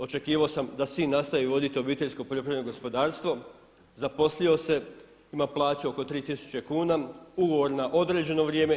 Očekivao sam da sin nastavi voditi obiteljsko poljoprivredno gospodarstvo, zaposlio se, ima plaću oko 3000 kuna, ugovor na određeno vrijeme.